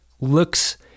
looks